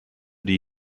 die